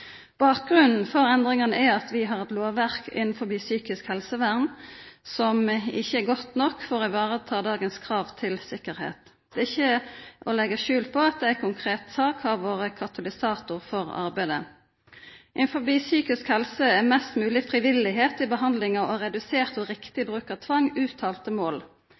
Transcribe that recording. Bakgrunnen for endringane er at vi har eit lovverk innafor psykisk helsevern som ikkje er godt nok for å vareta dei krava vi har til sikkerheit i dag. Det er ikkje til å leggja skjul på at ei konkret sak har vore katalysator for arbeidet. Innafor psykisk helse er mest mogleg frivilje i behandlinga og redusert og riktig bruk av tvang uttalte mål.